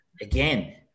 again